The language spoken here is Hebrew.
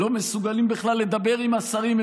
לא מסוגלים בכלל לדבר עם השרים.